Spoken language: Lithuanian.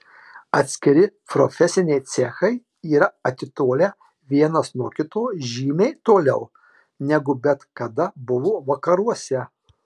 atskiri profesiniai cechai yra atitolę vienas nuo kito žymiai toliau negu bet kada buvo vakaruose